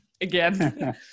again